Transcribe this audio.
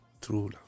true